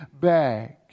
bags